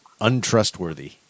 untrustworthy